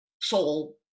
soul